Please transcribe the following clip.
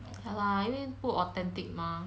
ya lah 因为不 authentic mah